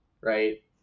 right